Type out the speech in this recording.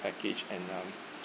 package and uh